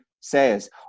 says